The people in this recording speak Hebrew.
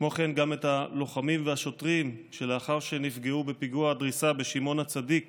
וכן את הלוחמים והשוטרים שלאחר שנפגעו בפיגוע הדריסה בשמעון הצדיק